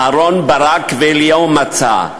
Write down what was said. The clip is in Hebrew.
אהרן ברק ואליהו מצא.